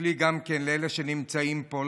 הסתכלי גם כן על אלה שנמצאים פה,